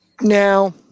Now